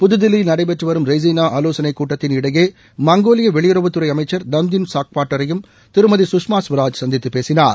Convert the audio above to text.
புதுதில்லியில் நடைபெற்று வரும் ரெய்சினா ஆலோசனைக் கூட்டத்தின் இடையே மங்கோலிய வெளியுறவுத்துறை அமைச்சர் தம்தின் சாக்பாட்டரையும் திருமதி சுஷ்மா ஸ்வராஜ் சந்தித்து பேசினார்